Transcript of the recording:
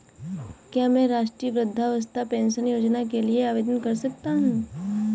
क्या मैं राष्ट्रीय वृद्धावस्था पेंशन योजना के लिए आवेदन कर सकता हूँ?